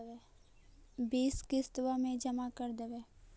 बिस किस्तवा मे जमा कर देवै?